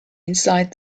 inside